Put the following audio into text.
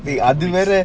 I didn't know that